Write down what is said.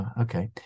Okay